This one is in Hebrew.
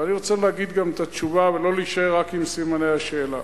ואני רוצה להגיד גם את התשובה ולא להישאר רק עם סימני השאלה.